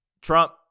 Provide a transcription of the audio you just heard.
Trump